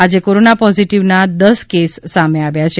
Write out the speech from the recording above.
આજે કોરોના પોઝીટીવનાં દસ કેસ સામે આવ્યા છે